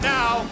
now